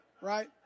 Right